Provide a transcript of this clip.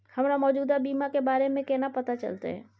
हमरा मौजूदा बीमा के बारे में केना पता चलते?